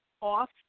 off